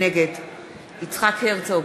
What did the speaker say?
נגד יצחק הרצוג,